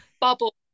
bubble